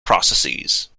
processes